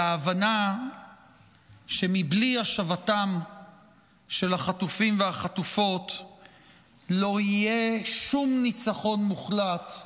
וההבנה שבלי השבתם של החטופים והחטופות לא יהיה שום ניצחון מוחלט,